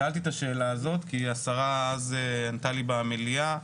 שאלתי את השאלה הזו כי השרה אז ענתה לי במליאה,